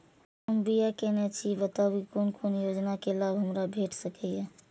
हम बी.ए केनै छी बताबु की कोन कोन योजना के लाभ हमरा भेट सकै ये?